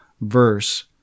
verse